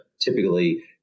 typically